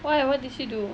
why what did she do